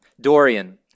Dorian